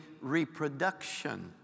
reproduction